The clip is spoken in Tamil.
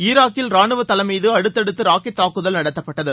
ஈராக்கில் ராணுவ தளம் மீது அடுத்தடுத்து ராக்கெட் தாக்குதல் நடத்தப்பட்டது